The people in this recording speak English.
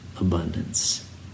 abundance